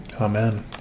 Amen